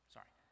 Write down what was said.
Sorry